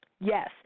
Yes